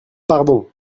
pardon